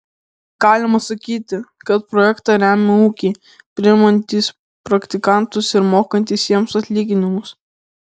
galima sakyti kad projektą remia ūkiai priimantys praktikantus ir mokantys jiems atlyginimus